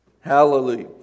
Hallelujah